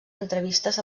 entrevistes